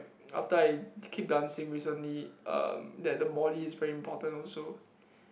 after i keep dancing recently um that the body is very important also